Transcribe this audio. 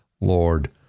Lord